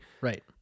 Right